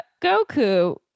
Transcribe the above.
Goku